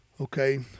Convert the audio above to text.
Okay